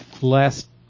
last